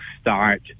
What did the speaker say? start